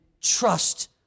trust